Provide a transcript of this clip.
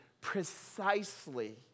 precisely